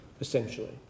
essentially